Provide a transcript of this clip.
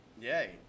Yay